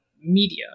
media